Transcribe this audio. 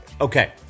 Okay